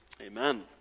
Amen